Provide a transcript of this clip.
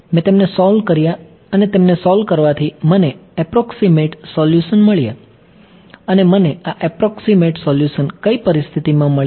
મેં તેમને સોલ્વ કર્યા અને તેમને સોલ્વ કરવાથી મને એપ્રોક્સીમેટ સોલ્યુશન મળ્યા અને મને આ એપ્રોક્સીમેટ સોલ્યુશન કઈ પરિસ્થિતિમાં મળ્યા